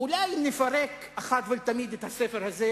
אולי אם נפרק אחת ולתמיד את הספר הזה,